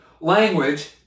language